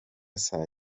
saa